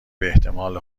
باحتمال